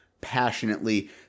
passionately